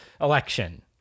election